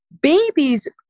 Babies